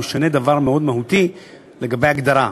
הוא משנה דבר מאוד מהותי לגבי ההגדרה.